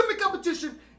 competition